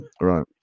Right